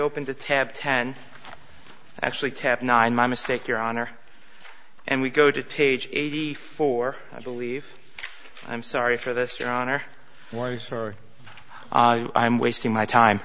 open the tab ten actually tap nine my mistake your honor and we go to page eighty four i believe i'm sorry for this your honor or for i'm wasting my time